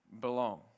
belong